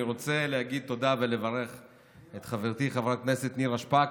אני רוצה להגיד תודה ולברך את חברתי חברת הכנסת נירה שפק,